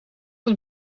het